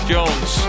Jones